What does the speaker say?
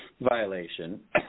violation